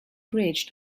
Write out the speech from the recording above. bridge